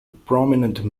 prominent